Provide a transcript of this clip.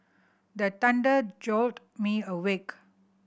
the thunder jolt me awake